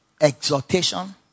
exhortation